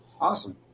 awesome